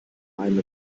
einen